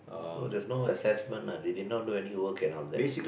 so there's no assessment lah they did not do any work and all that